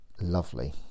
lovely